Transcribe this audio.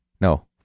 no